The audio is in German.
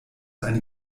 eine